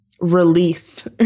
release